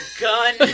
gun